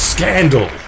Scandal